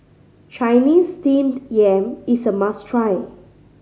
Chinese Steamed Yam is a must try